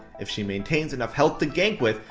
if she maintains enough health to gank with,